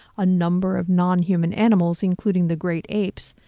a number of non-human animals including the great apes,